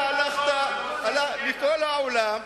בכל העולם.